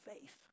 faith